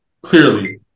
clearly